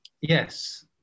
yes